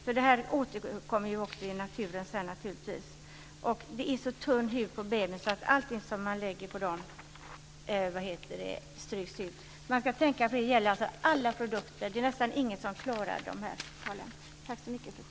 Kemikalierna återkommer naturligtvis i naturen sedan. En baby har så tunn hud att allting som man lägger på den tas upp. Man ska tänka på det. Det gäller nästan alla produkter. Det är nästan ingen som klarar kraven.